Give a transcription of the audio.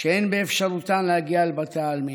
שאין באפשרותן להגיע אל בתי העלמין,